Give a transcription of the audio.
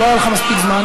ולא היה לך מספיק זמן.